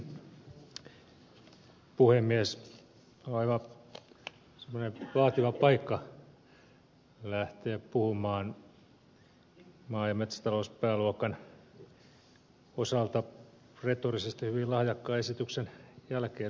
on aivan semmoinen vaativa paikka lähteä puhumaan maa ja metsätalouspääluokan osalta retorisesti hyvin lahjakkaan esityksen jälkeen ed